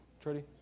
Trudy